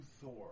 Thor